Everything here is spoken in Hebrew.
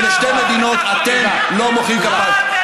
ולשתי מדינות אתם לא מוחאים כפיים.